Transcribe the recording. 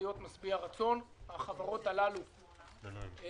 מלהיות משביע רצון, והחברות הללו ייסגרו.